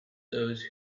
those